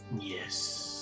Yes